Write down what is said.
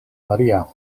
maria